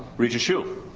regent hsu.